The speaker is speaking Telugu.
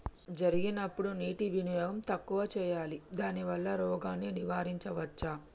జరిగినప్పుడు నీటి వినియోగం తక్కువ చేయాలి దానివల్ల రోగాన్ని నివారించవచ్చా?